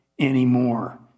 anymore